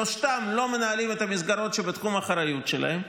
שלושתם לא מנהלים את המסגרות שבתחום האחריות שלהם,